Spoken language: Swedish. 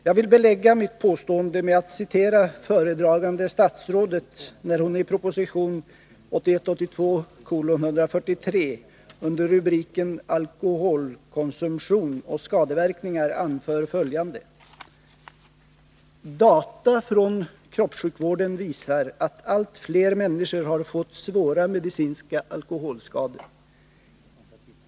Jag vill belägga mitt påstående med att citera föredragande statsrådet, när hon i proposition 1981/82:143 under rubriken Alkoholkonsumtion och skadeverkningar anför följande: ”Data från kroppssjukvården visar att allt fler människor har fått svåra medicinska alkoholskador.